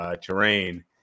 terrain